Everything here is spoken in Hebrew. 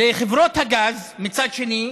לחברות הגז, מצד שני,